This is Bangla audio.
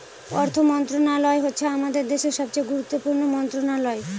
অর্থ মন্ত্রণালয় হচ্ছে আমাদের দেশের সবচেয়ে গুরুত্বপূর্ণ মন্ত্রণালয়